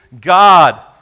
God